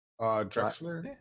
Drexler